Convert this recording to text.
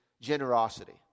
generosity